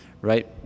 right